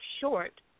short